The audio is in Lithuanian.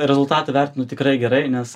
rezultatą vertinu tikrai gerai nes